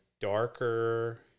darker